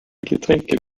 getränke